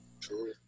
True